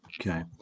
Okay